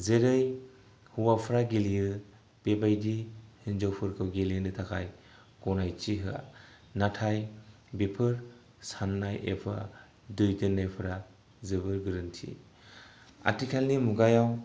जेरै हौवाफ्रा गेलेयो बेबायदि हिनजावफोरखौ गेलेनो थाखाय गनायथि होआ नाथाय बेफोर साननाय एबा दैदेननायफोरा जोबोद गोरोन्थि आथिखालनि मुगायाव